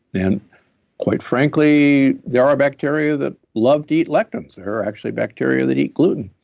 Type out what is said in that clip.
then quite frankly there are bacteria that loved eat lectins. there are actually bacteria that eat gluten,